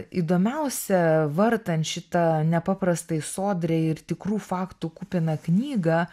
įdomiausia vartant šitą nepaprastai sodriai ir tikrų faktų kupiną knygą